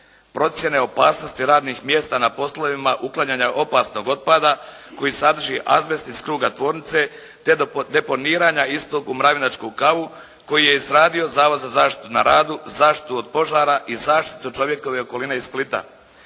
Procjene opasnosti radnih mjesta na poslovima uklanjanja opasnog otpada koji sadrži azbest iz kruga tvornice, te deponiranja istog u “Mravinačku kavu“ koji je izradio Zavod za zaštitu na radu, zaštitu od požara i zaštitu čovjekove okoline iz Splita.